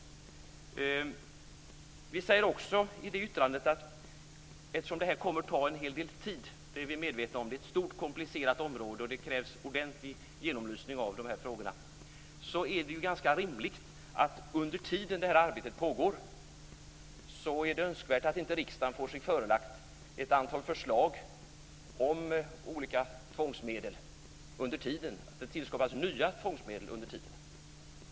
Vi säger också i vårt yttrande att eftersom det här kommer att ta en hel del tid i anspråk - vi är medvetna om det, för det är ett stort och komplicerat område och det krävs en ordentlig genomlysning av de här frågorna - är det ganska rimligt och önskvärt att riksdagen under den tid som det här arbetet pågår inte får sig förelagt ett antal förslag om olika tvångsmedel, alltså att nya tvångsmedel inte tillskapas under tiden.